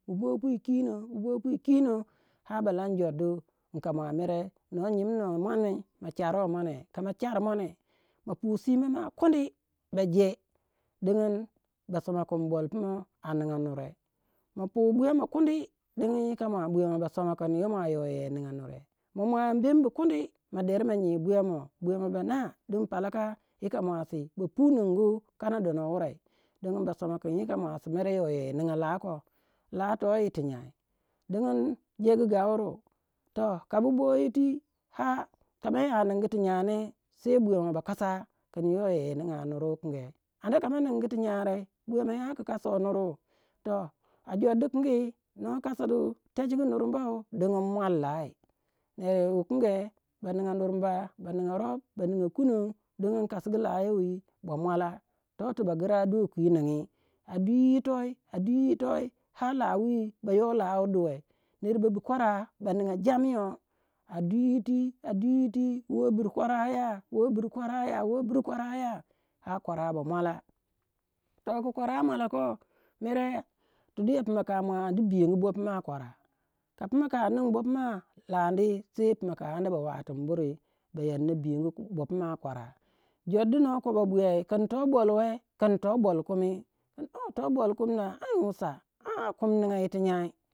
bu bo pwi kino har ba lan jor du inka mua mere nor nyim noh muane ma charo muaune. Ka ma char muane ma pu simba mua kundi ba je dingin ba soma kin bolpumo a ninga nure. Ma pui buya mou kundi din yika mua buya mou yo ba soma kin youh ninga nure. Ma muanga bembi kundi ma de ma nyi buya mou, buya mou ba naa din palaka yika muasi ba pu ningu kana dono wurei dingi basoma kin yika muasi yei ninga la koh. Lah toh yir ti nyai. Dingin jegu geuru. Toh ka bu boyiti, koma ya ningu ti nya ne sei buya mou bakasa ki yei ninga nur wukange amda koma ningu ti nyai rei buya mou ya ku kasou nuri. Toh a jor dikingi noh kasigu techugu nurba dingin muan lai ner wukunge ba ninga nurba, ba ninga rop, ba ninga kunon digin kasigu lah yoh wi ba muala. toh tu bagira doh kwi ningi. A dwi yitoi, ar lah wi ba yoh lah wu duwe. Ner ba bu kwaro ba ninga jamyo. A dwi yitoi, woh bir kwaraya, woh bir kwaraya, ar kwara ba muala. Toh ku kwara muala koh mere tu duya puma ka mua andu biyongu bopuma kwara. Ka pumaka ningi bopuma landi sei pumaka ba watin buri bayanna biyongu bopuma kwara. Jor du noh koh babuya, kin toh bolwe, kin toh bol kumi. Kin Toh bol kumi na? Ang wusa kumi ninga yir tu nyai.